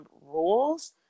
rules